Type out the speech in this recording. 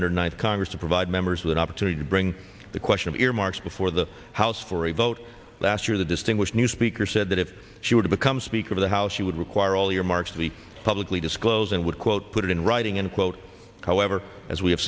hundred ninth congress to provide members with an opportunity to bring the question of earmarks before the house for a vote last year the distinguished new speaker said that if she were to become speaker of the house she would require all earmarks to be publicly disclose and would quote put it in writing and quote however as we